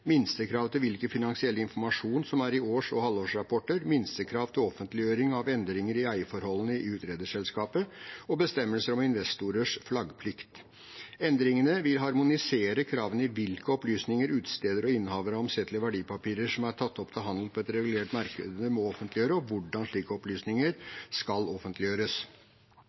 minstekrav til hvilken finansiell informasjon som er i års- og halvårsrapporter, minstekrav til offentliggjøring av endringer i eierforholdene i utstederselskapet og bestemmelser om investorers flaggplikt. Endringene vil harmonisere kravene til hvilke opplysninger utstedere og innehavere av omsettelige verdipapirer som er tatt opp til handel på et regulert marked, må offentliggjøre, og hvordan slike opplysninger skal offentliggjøres.